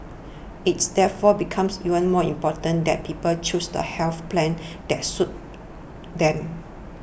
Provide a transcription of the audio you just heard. it's therefore becomes even more important that people choose the health plan that suits them